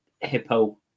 hippo